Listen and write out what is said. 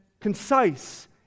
concise